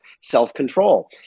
self-control